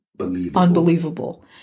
Unbelievable